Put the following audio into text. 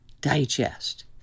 digest